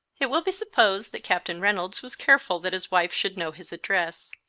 it will be supposed that captain reynolds was careful that his wife should know his address.